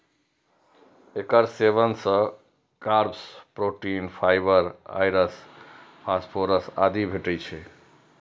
एकर सेवन सं carbs, protein, fibre, iron, phosphorus आदि भेटै छै